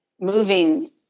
moving